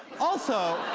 also,